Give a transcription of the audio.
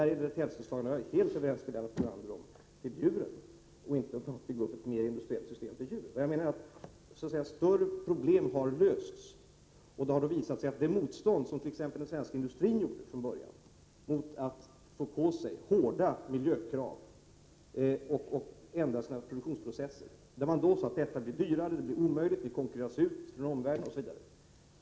Det gäller inte att bygga upp ett mer industriellt system för produktion av djur — på den punkten är jag helt överens med Lennart Brunander. Vad jag menade var att större problem har lösts. Från början gjorde t.ex. den svenska industrin motstånd mot att få på sig hårda miljökrav och tvingas ändra sina produktionsprocesser. Man sade att det skulle bli dyrare, att man skulle konkurreras ut av omvärlden osv.